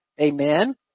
Amen